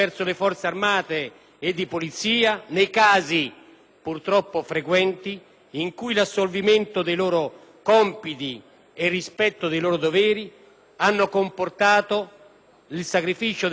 purtroppo frequenti, in cui l'assolvimento dei loro compiti e il rispetto dei loro doveri hanno comportato il sacrificio della vita da parte di taluni appartenenti a quelle forze.